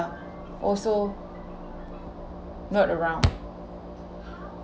also not around